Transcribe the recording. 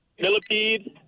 Millipede